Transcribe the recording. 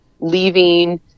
leaving